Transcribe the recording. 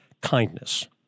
kindness